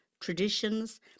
traditions